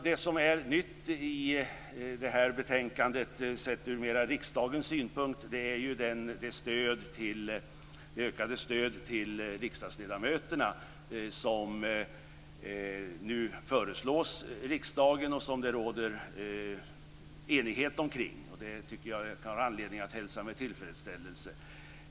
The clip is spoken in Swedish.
Det som är nytt i det här betänkandet sett ur riksdagens synpunkt är det ökade stöd till riksdagsledamöterna som nu föreslås riksdagen och som det råder enighet kring. Det tycker jag att det finns anledning att hälsa med tillfredsställelse.